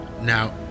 Now